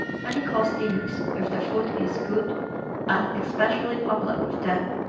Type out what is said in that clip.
many-course dinners, if the food is good, are especially popular with them.